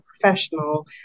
professional